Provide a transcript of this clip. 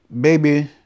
baby